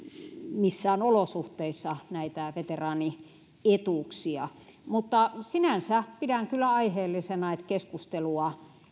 missään olosuhteissa näitä veteraani etuuksia mutta sinänsä pidän kyllä aiheellisena että keskustelua